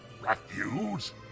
Refuse